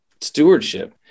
stewardship